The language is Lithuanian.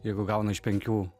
jeigu gauna iš penkių